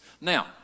Now